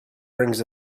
rings